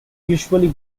usually